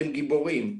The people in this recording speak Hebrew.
אתם גיבורים,